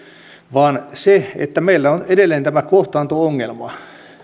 vaan se että meillä on edelleen tämä kohtaanto ongelma